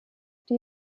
die